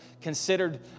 considered